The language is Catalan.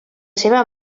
seva